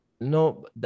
no